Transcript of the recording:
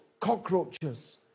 cockroaches